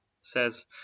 says